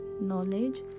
knowledge